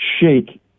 shake